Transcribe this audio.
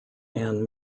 ann